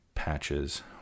patches